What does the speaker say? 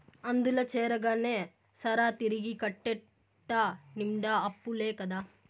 అందుల చేరగానే సరా, తిరిగి గట్టేటెట్ట నిండా అప్పులే కదా